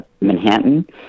Manhattan